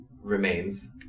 remains